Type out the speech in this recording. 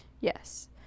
yes